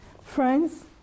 Friends